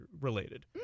related